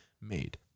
made